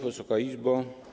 Wysoka Izba!